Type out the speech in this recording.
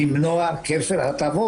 לראות מי ביניהם גר באזור שיש בו קהילה תומכת.